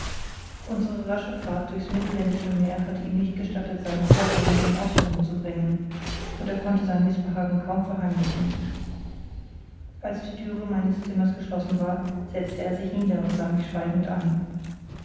unsere rasche fahrt durch's mittelländische meer hatte ihm nicht gestattet sein vorhaben in ausführung zu bringen und er konnte sein mißbehagen kaum verheimlichen als die thüre meines zimmers geschlossen war setzte er sich nieder und sah mich schweigend an